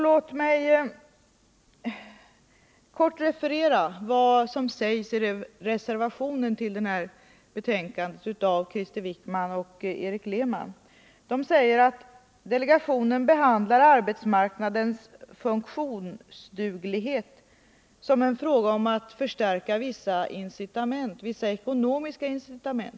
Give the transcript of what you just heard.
Låt mig kort hänvisa till vad som sägs i reservationen till betänkandet, av Krister Wickman och Erik Lehman. De säger att delegationen behandlar arbetsmarknadens funktionsduglighet som en fråga om att förstärka vissa ekonomiska incitament.